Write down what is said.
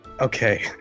Okay